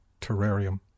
terrarium